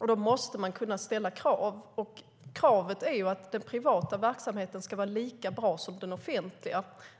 och då måste man kunna ställa krav. Kravet är att den privata verksamheten ska vara lika bra som den offentliga.